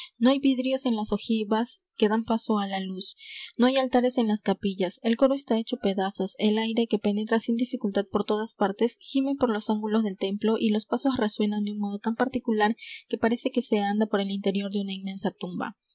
no hay vidrios en las ojivas que dan paso á la luz no hay altares en las capillas el coro está hecho pedazos el aire que penetra sin dificultad por todas partes gime por los ángulos del templo y los pasos resuenan de un modo tan particular que parece que se anda por el interior de una inmensa tumba